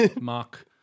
Mark